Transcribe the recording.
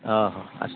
ଓହ ଆସନ୍ତୁ